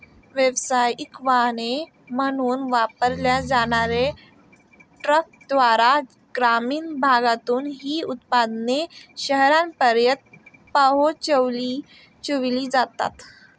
व्यावसायिक वाहने म्हणून वापरल्या जाणार्या ट्रकद्वारे ग्रामीण भागातून ही उत्पादने शहरांपर्यंत पोहोचविली जातात